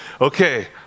okay